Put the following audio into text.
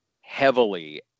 heavily